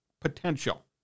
potential